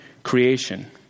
Creation